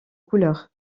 couleur